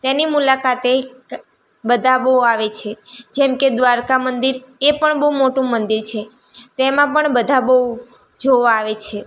તેની મુલાકાતે બધા બહુ આવે છે જેમકે દ્વારકા મંદિર એ પણ બહુ મોટુ મંદિર છે તેમાં પણ બધા બહુ જોવા આવે છે